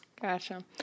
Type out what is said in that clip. Gotcha